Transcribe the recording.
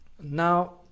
Now